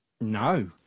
No